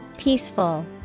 Peaceful